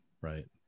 right